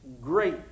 great